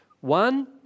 One